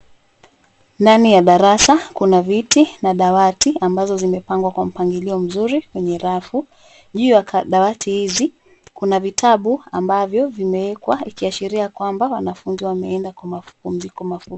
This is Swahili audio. Ndani ya darasa kuna viti na dawati ambazo zimepangwa kwa mpangilio mzuri wenye rafu. Juu ya dawati hizi kuna vitabu ambavyo vimewekwa ikiashiria kwamba wanafunzi wame enda kwa mapumuziko mafupi.